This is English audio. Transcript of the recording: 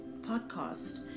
podcast